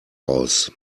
aus